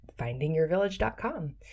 findingyourvillage.com